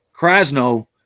Krasno